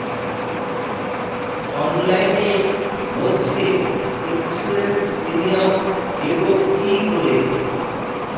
অনলাইনে মধ্যে insurance premium দেবো কি করে?